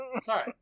Sorry